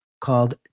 called